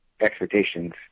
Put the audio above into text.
expectations